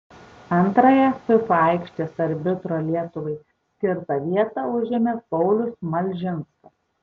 antrąją fifa aikštės arbitro lietuvai skirtą vietą užėmė paulius malžinskas